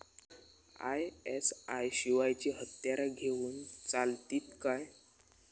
ISI शिवायची हत्यारा घेऊन चलतीत काय?